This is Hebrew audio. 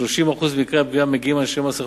מכיוון שהם מגיעים מייד אחריה,